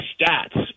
stats